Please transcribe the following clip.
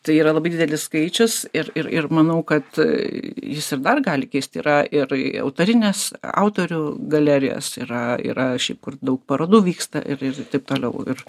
tai yra labai didelis skaičius ir ir ir manau kad jis ir dar gali kisti yra ir autorinės autorių galerijos yra yra šiaip kur daug parodų vyksta ir ir taip toliau ir